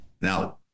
Now